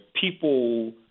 people